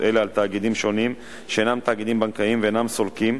אלה על תאגידים שונים שאינם תאגידים בנקאיים ואינם סולקים,